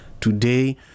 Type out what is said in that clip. today